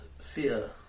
fear